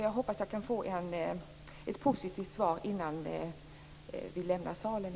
Jag hoppas att jag kan få ett positivt svar innan vi lämnar salen.